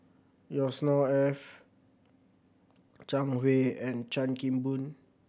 Yusnor Ef Zhang Hui and Chan Kim Boon